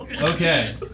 Okay